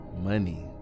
Money